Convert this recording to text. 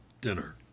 dinner